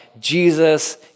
Jesus